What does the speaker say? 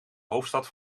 hoofdstad